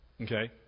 Okay